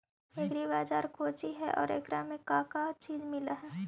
Agri बाजार कोची हई और एकरा में का का चीज मिलै हई?